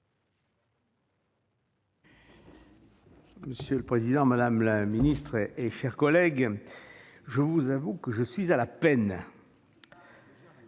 Monsieur le président, madame la ministre, chers collègues, je vous avoue que je suis à la peine,